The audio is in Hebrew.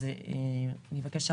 אז אני אבקש ארכה.